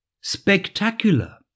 spectacular